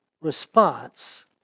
response